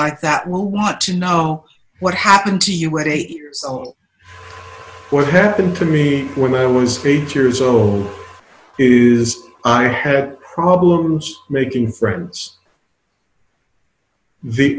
like that will want to know what happened to you ready what happened to me when i was features of is i have problems making friends the